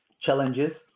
challenges